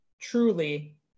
truly